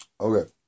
Okay